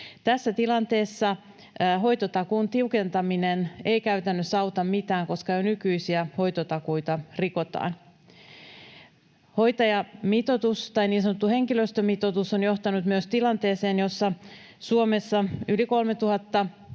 Tässä tilanteessa hoitotakuun tiukentaminen ei käytännössä auta mitään, koska jo nykyisiä hoitotakuita rikotaan. Hoitajamitoitus, tai niin sanottu henkilöstömitoitus, on johtanut myös tilanteeseen, jossa Suomessa yli 3 000